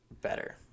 better